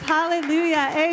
Hallelujah